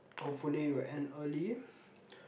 hopefully we'll end early